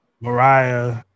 Mariah